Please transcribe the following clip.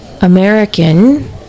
American